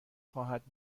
خواهد